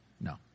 No